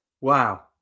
Wow